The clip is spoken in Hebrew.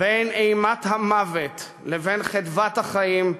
"בין אימת המוות לבין חדוות החיים,